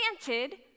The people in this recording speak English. planted